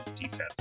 defense